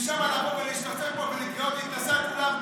משם לבוא ולהשתחצן פה ולהתנשא על כולם?